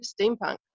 steampunk